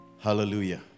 Hallelujah